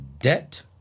Debt